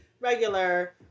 regular